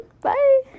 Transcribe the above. Bye